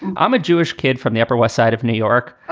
i'm a jewish kid from the upper west side of new york.